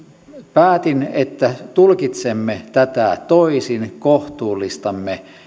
päätin että tulkitsemme tätä toisin kohtuullistamme